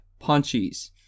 punchies